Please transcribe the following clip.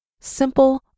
simple